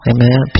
Amen